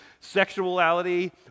sexuality